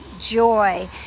joy